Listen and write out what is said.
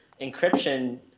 encryption